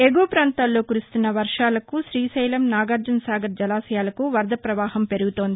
ఎగువ పాంతాల్లో కురుస్తున్న వర్షాలకు శ్రీతెలం నాగార్జన సాగర్ జలాశయాలకు వరద పవాహం పెరుగుతోంది